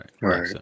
Right